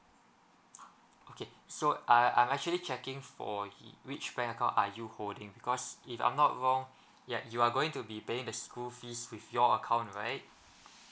okay so uh I'm actually checking for he which bank account are you holding because if I'm not wrong ya you are going to be paying the school fees with your account right